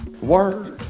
Word